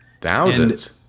Thousands